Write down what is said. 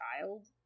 child